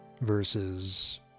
versus